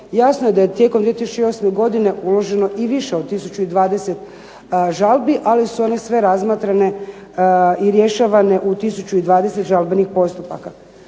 jasno je da je tijekom 2008. godine uloženo i više od 1020 žalbi, ali su one sve razmatrane i rješavane u 1020 žalbenih postupaka.